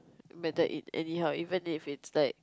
but then in anyhow even if it's like